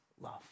love